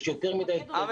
יש יותר מדי שעות לחלוקה,